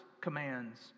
commands